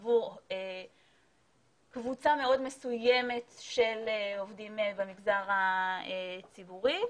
עבור קבוצה מאוד מסוימת של עובדים במגזר הציבורי,